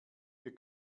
wir